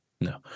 No